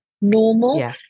normal